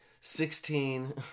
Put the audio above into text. sixteen